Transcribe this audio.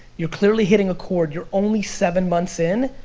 you're clearly hitting a chord, you're only seven months in.